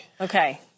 Okay